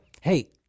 Hey